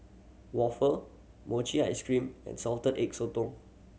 waffle mochi ice cream and Salted Egg Sotong